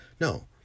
no